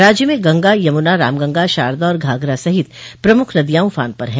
राज्य में गंगा यमुना रामगंगा शारदा और घाघरा सहित प्रमुख नदियां उफान पर है